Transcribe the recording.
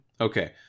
Okay